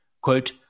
Quote